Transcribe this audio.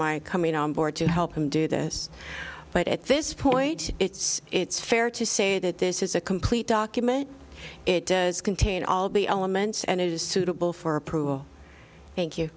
my coming on board to help him do this but at this point it's it's fair to say that this is a complete document it does contain all be elements and it is suitable for approval thank you